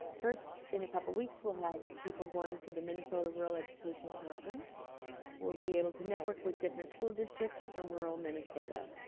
first in a couple weeks we'll have people going to the minnesota rural education conference we'll be able to network with different school districts from rural minnesota